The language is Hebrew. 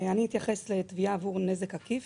אני אתייחס לתביעה עבור נזק עקיף,